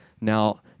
now